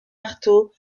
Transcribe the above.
artaud